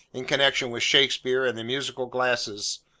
in connection with shakspeare and the musical glasses,